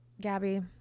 gabby